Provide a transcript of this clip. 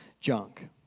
junk